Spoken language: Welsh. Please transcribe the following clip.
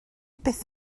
byth